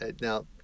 now